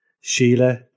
sheila